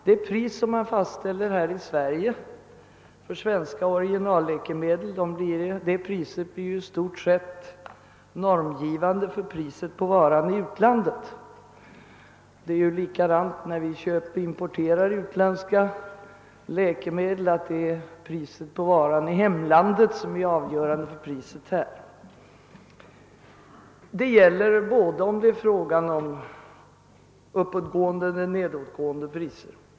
Det pris som fastställs här i Sverige för svenskt originalläkemedel blir i stort sett normgivande för priset på varan i utlandet. På samma sätt är det priset i utlandet som är avgörande för priset i Sverige vid import av utländska läkemedel. Detta gäller såväl om det är fråga om uppåtgående som nedåtgående priser.